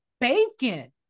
bacon